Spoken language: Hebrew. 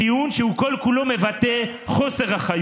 כשהם עוד היו חברים